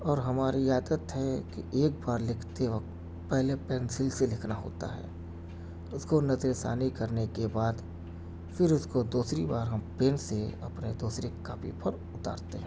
اور ہماری عادت ہے کہ ایک بار لکھتے وقت پہلے پینسل سے لکھنا ہوتا ہے اس کو نظر ثانی کرنے کے بعد پھر اس کو دوسری بار ہم پین سے اپنے دوسرے کاپی پر اتارتے ہیں